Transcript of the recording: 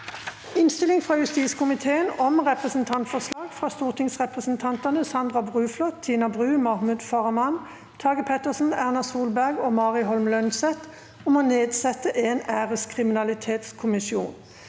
Innstilling fra justiskomiteen om Representantfor- slag fra stortingsrepresentantene Sandra Bruflot, Tina Bru, Mahmoud Farahmand, Tage Pettersen, Erna Sol- berg og Mari Holm Lønseth om å nedsette en æreskrimi- nalitetskommisjon